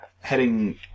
heading